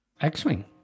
X-Wing